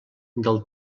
del